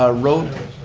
ah road